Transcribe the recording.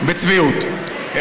כן.